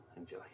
Enjoy